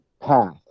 path